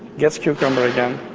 gets cucumber again.